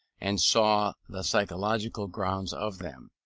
and saw the psychological grounds of them.